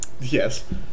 Yes